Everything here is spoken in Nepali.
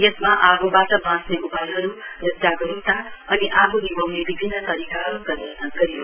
यसमा आगोबाट बाँच्ने उपायहरू र जागरूकता अनि आगो निभाउने विभिन्न तरीकाहरू प्रदर्शन गरियो